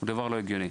זה דבר לא הגיוני.